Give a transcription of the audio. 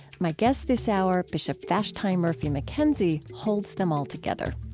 my guest this hour, bishop vashti murphy mckenzie, holds them all together.